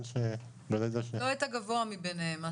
לא את הגבוה מביניהם.